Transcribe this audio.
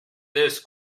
this